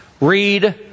Read